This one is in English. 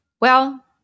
Well-